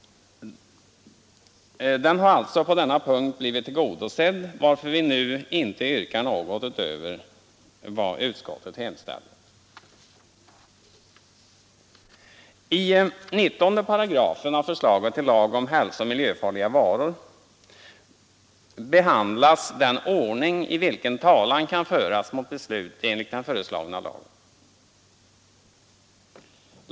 Den har alltså på denna punkt blivit tillgodosedd, varför vi nu inte yrkar något utöver vad utskottet hemställt. I 19 8 av förslaget till lag om hälsooch miljöfarliga varor behandlas den ordning i vilken talan kan föras mot beslut enligt den föreslagna lagen.